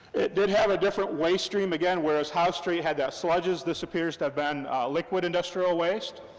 it did have a different waste stream, again, whereas house street had that sludges, this appears to have been liquid industrial waste,